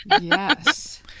yes